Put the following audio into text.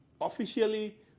officially